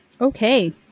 Okay